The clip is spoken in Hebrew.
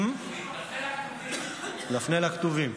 נפנה לכתובים.